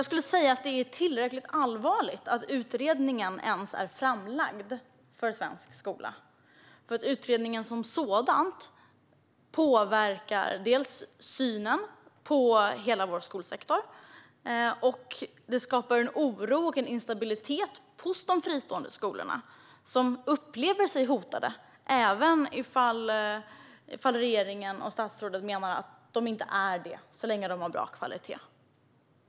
Det är tillräckligt allvarligt att utredningen om svensk skola över huvud taget har lagts fram. För utredningen som sådan påverkar synen på hela skolsektorn. Den skapar också en oro och instabilitet hos de fristående skolorna, som upplever sig som hotade även om regeringen och statsrådet menar att de inte är det så länge de håller bra kvalitet.